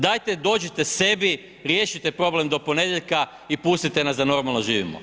Dajte dođite sebi riješite problem do ponedjeljka i pustite nas da normalno živimo.